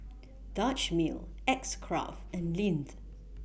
Dutch Mill X Craft and Lindt